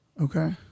okay